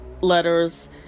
letters